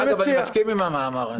דרך אגב, אני מסכים עם המאמר הזה.